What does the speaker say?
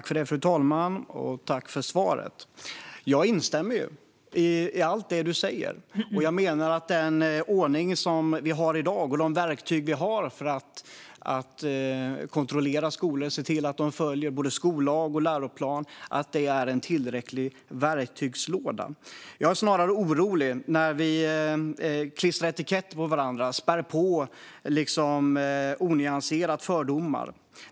Fru talman! Tack för svaret! Jag instämmer i allt du säger, Ardalan Shekarabi, och jag menar att den ordning och de verktyg vi har i dag för att kontrollera skolor och se till att de följer både skollag och läroplan är en tillräcklig verktygslåda. Jag blir snarare orolig när vi klistrar etiketter på varandra och onyanserat spär på fördomar.